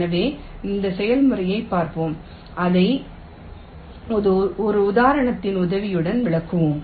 எனவே இந்த செயல்முறையைப் பார்ப்போம் அதை ஒரு உதாரணத்தின் உதவியுடன் விளக்குவோம்